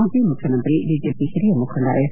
ಮಾಜಿ ಮುಖ್ಯಮಂತ್ರಿ ಬಿಜೆಪಿ ಹಿರಿಯ ಮುಖಂಡ ಎಸ್